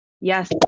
yes